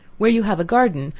where you have a garden,